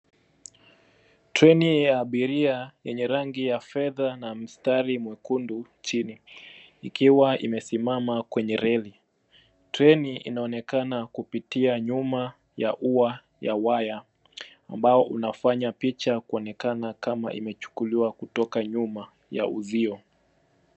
Treni ya abiria yenye rangi ya fedha na mstari mwekundu chini ikiwa imesimama kwenye reli. Treni inaonekana kupitia nyuma ya ua ya waya ambao unafanya picha kuonekana kama imechukuliwa kutoka nyuma ya uzio.